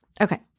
Okay